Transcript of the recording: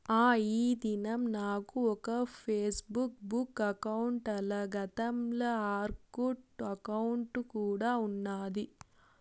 ఆ, ఈ దినం నాకు ఒక ఫేస్బుక్ బుక్ అకౌంటల, గతంల ఆర్కుట్ అకౌంటు కూడా ఉన్నాది